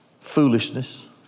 foolishness